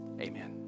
amen